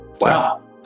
Wow